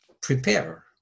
Prepare